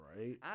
Right